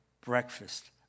breakfast